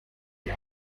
die